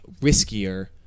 riskier